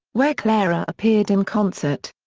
where clara appeared in concert.